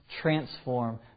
transform